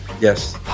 yes